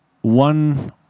one